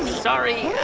sorry.